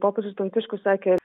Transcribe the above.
popiežius pranciškus sakė